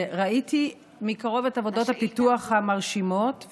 ראיתי מקרוב את עבודות הפיתוח המרשימות,